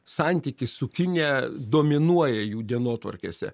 santykis su kinija dominuoja jų dienotvarkėse